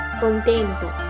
contento